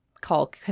call